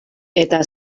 eta